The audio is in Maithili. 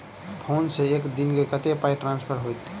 फोन सँ एक दिनमे कतेक पाई ट्रान्सफर होइत?